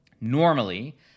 Normally